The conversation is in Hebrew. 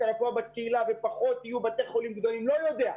הרפואה בקהילה ויהיו פחות בתי חולים גדולים לא יודע.